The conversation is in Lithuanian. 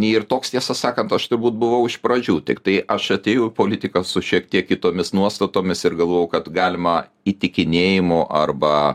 ir toks tiesą sakant aš turbūt buvau iš pradžių tiktai aš atėjau į politiką su šiek tiek kitomis nuostatomis ir galvojau kad galima įtikinėjimu arba